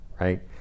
Right